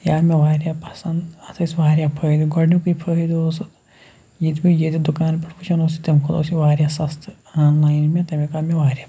یہِ آو مےٚ واریاہ پَسنٛد اَتھ ٲسۍ واریاہ فٲیِدٕ گۄڈنیُکُے فٲیِدٕ اوس اَتھ ییٚتہِ بہٕ ییٚتہِ دُکان پٮ۪ٹھ وٕچھان اوسُس تَمہِ کھۄتہٕ اوس یہِ واریاہ سَستہٕ آن لایِن مےٚ تَمیُک آو مےٚ واریاہ